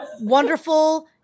wonderful